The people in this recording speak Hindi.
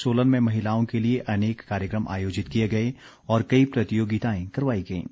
सोलन में महिलाओं के लिए अनेक कार्यक्रम आयोजित किए गए और कई प्रतियोगिताएं करवाई गयीं